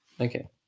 Okay